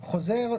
חוזר,